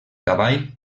cavall